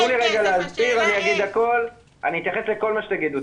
אז תנו לי להגיד הכל, אני אתייחס לכל מה שתגידו.